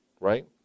Right